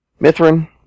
Mithrin